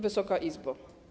Wysoka Izbo!